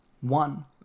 One